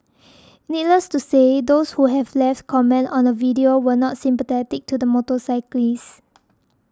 needless to say those who have left comments on the video were not sympathetic to the motorcyclist